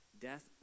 death